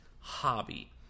Hobby